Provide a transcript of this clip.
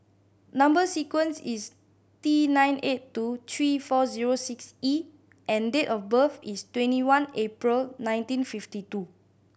number sequence is T nine eight two three four zero six E and date of birth is twenty one April nineteen fifty two